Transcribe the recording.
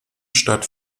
statt